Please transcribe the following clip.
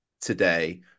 today